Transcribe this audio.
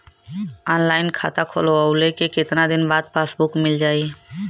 Online खाता खोलवईले के कितना दिन बाद पासबुक मील जाई?